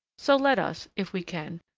so let us, if we can,